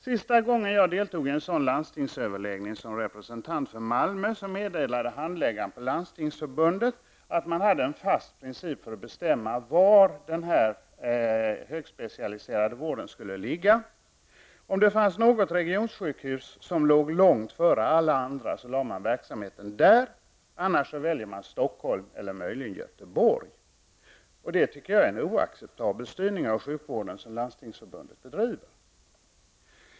Sista gången jag deltog i en sådan landstingsöverläggning som representant för Malmö meddelade handläggaren på Landstingsförbundet att man hade en fast princip för att bestämma var den högspecialiserade vården skulle ligga. Om det fanns något regionsjukhus som låg långt före alla andra, lade man verksamheten där, annars valde man Stockholm eller möjligen Göteborg. Det tycker jag är en oacceptabel styrning av sjukvården som Landstingsförbundet bedriver.